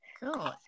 Cool